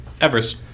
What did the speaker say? Everest